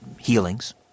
healings